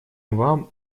вам